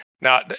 now